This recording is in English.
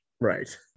Right